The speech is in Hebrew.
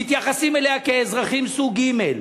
מתייחסים אליה כאזרחים סוג ג'.